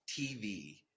TV